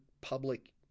public